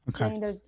okay